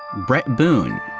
brett boone,